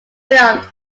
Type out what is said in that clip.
filmed